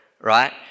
Right